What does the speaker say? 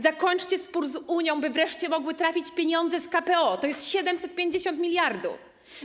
Zakończenie spór z Unią, by wreszcie mogły trafić pieniądze z KPO - to jest 750 mld.